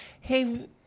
hey